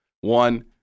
one